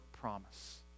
promise